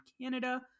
Canada